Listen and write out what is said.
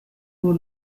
nur